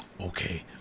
okay